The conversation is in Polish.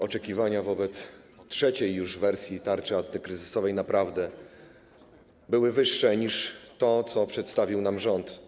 Oczekiwania wobec trzeciej już wersji tarczy antykryzysowej naprawdę były wyższe niż to, co przedstawił nam rząd.